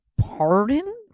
pardon